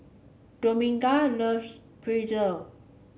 Dominga loves Pretzel